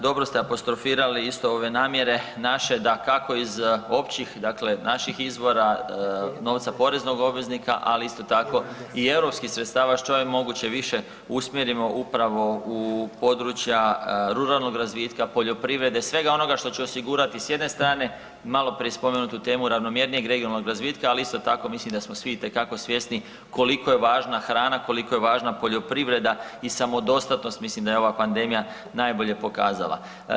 Dobro ste apostrofirali isto ove namjere naše da kako iz općih, dakle, naših izvora novca poreznog obveznika, ali isto tako i europskih sredstava, što je moguće više usmjerimo upravo u područja ruralnog razvitka, poljoprivrede, svega onoga što će osigurati, s jedne strane malo prije spomenutu temu ravnomjernijeg regionalnog razvitka, ali isto tako mislim da smo svi itekako svjesni koliko je važna hrana, koliko je važna poljoprivreda i samodostatnost mislim da je ova pandemija najbolje pokazala.